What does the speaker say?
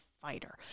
fighter